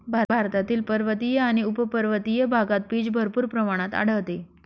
भारतातील पर्वतीय आणि उपपर्वतीय भागात पीच भरपूर प्रमाणात आढळते